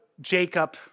Jacob